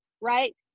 Right